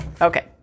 Okay